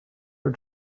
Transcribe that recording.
are